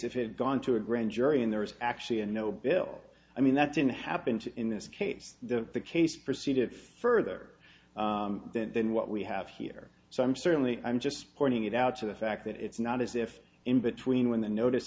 it had gone to a grand jury and there was actually a no bill i mean that's in happened in this case the the case proceeded further than what we have here so i'm certainly i'm just pointing it out to the fact that it's not as if in between when the notice